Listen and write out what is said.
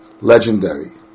legendary